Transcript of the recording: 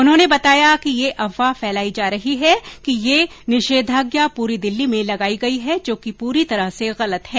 उन्होंने बताया कि यह अफवाह फैलाई जा रही है कि ये निषेधाज्ञा पूरी दिल्ली में लगाई गई है जो कि पूरी तरह से गलत है